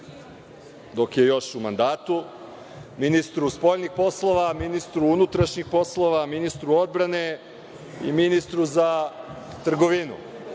dok je još u mandatu, ministru spoljnih poslova, ministru unutrašnjih poslova, ministru odbrane i ministru za trgovinu.